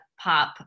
pop